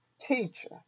Teacher